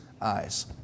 eyes